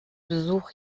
besuch